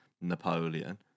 Napoleon